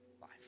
life